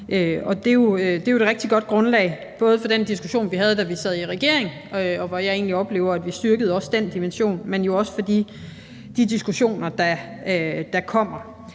er. Det er jo et rigtig godt grundlag, både i forhold til den diskussion, vi havde, da vi sad i regering, og hvor jeg egentlig oplever, at vi også styrkede den dimension, man jo også i forhold til de diskussioner, der kommer.